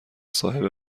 صاحب